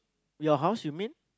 your house you mean